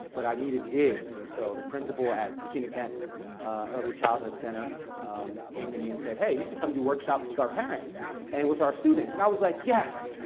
but i needed gigs. and so the principal at christina kent early childhood center came to me and said, hey, you should come do workshops with our parents and with our students. and i was like, yes,